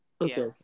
okay